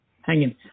hanging